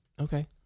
Okay